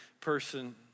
person